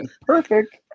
perfect